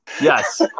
Yes